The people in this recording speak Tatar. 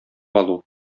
алу